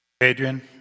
Adrian